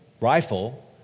rifle